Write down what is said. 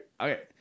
Okay